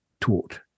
taught